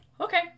okay